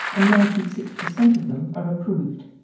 and ninety six percent of them are approved.